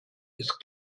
ist